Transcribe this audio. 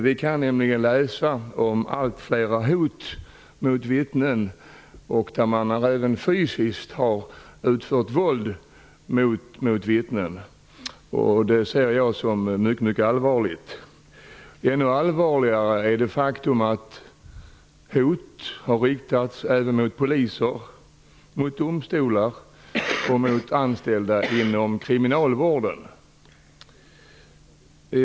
Vi kan nämligen läsa om allt fler hot mot vittnen, och man har även utsatt vittnen för fysiskt våld. Det ser jag som mycket allvarligt. Ännu allvarligare är det faktum att hot har riktats även mot poliser, mot domstolar och mot anställda inom kriminalvården.